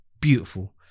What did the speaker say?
beautiful